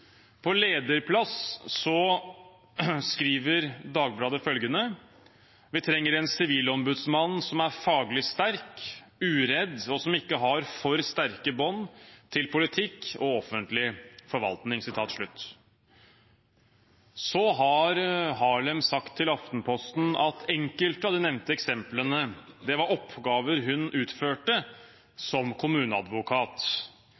På lederplass skriver Dagbladet følgende: «Vi trenger en sivilombudsmann som er faglig sterk, uredd og som ikke har for sterke bånd til politiske institusjoner og offentlig forvaltning.» Harlem har til Aftenposten sagt at enkelte av de nevnte eksemplene var oppgaver hun